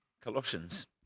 Colossians